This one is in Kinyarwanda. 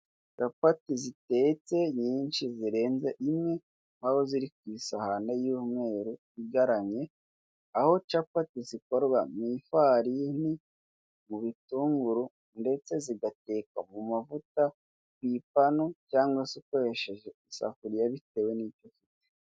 Capati zitetse nyinshi zirenze imwe aho ziri ku isahani y'umweru igararanye, aho capati zikorwa mu ifarikwi, mu bitunguru ndetse zigateka mu mavuta, ku ipanu cyangwa se ukoresheje isafuriya bitewe n'icyo ufite.